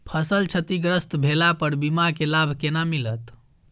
फसल क्षतिग्रस्त भेला पर बीमा के लाभ केना मिलत?